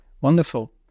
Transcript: Wonderful